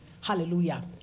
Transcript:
hallelujah